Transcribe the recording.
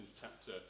chapter